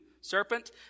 serpent